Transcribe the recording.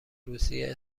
روسیه